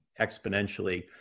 exponentially